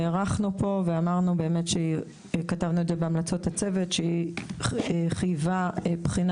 הערכנו וכתבנו בהמלצות הצוות שהיא חייבה בחינה